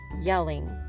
Yelling